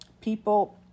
People